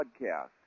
Podcast